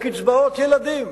לקצבאות ילדים?